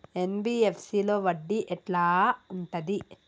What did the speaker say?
NBFC లో వడ్డీ ఎట్లా ఉంటది?